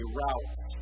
routes